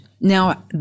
Now